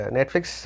Netflix